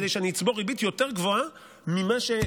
כדי שאני אצבור ריבית יותר גבוהה מכפי,